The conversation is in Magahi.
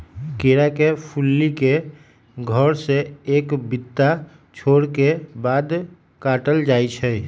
केरा के फुल्ली के घौर से एक बित्ता छोरला के बाद काटल जाइ छै